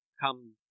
come